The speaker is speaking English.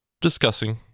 discussing